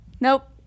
Nope